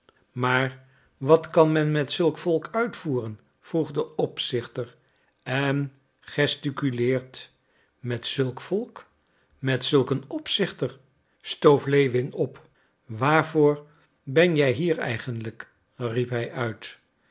maar wat kan men met zulk volk uitvoeren vroeg de opzichter en gesticuleerd met zulk volk met zulk een opzichter stoof lewin op waarvoor ben jij hier eigenlijk riep hij uit